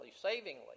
savingly